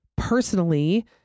personally